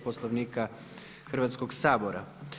Poslovnika Hrvatskog sabora.